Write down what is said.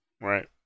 right